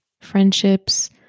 friendships